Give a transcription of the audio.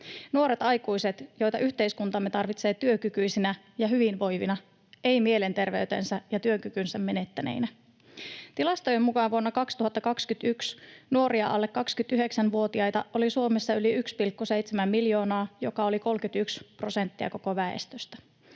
nuoret aikuiset, joita yhteiskuntamme tarvitsee työkykyisinä ja hyvinvoivina, ei mielenterveytensä ja työkykynsä menettäneinä. Tilastojen mukaan vuonna 2021 nuoria alle 29-vuotiaita oli Suomessa yli 1,7 miljoonaa, joka oli 31 prosenttia koko väestöstä.